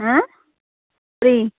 free